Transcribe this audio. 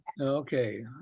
Okay